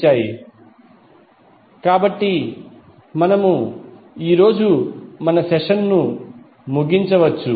87°A కాబట్టి దీనితో మనము ఈరోజు మన సెషన్ను ముగించవచ్చు